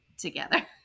together